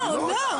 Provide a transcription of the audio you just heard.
לא, לא.